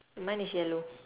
mine is yellow